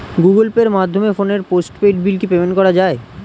Google পের মাধ্যমে ফোনের পোষ্টপেইড বিল কি পেমেন্ট করা যায়?